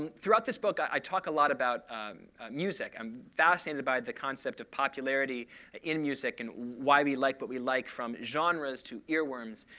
and throughout this book, i talk a lot about music. i'm fascinated by the concept of popularity in music and why we like what but we like from genres to earworms.